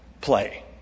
play